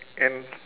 and